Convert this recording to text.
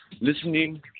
listening